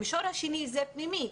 המישור השני זה פנימי,